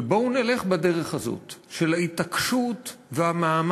ובואו נלך בדרך הזאת של ההתעקשות והמאמץ,